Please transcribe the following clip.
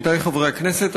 עמיתי חברי הכנסת,